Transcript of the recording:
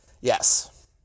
Yes